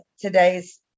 today's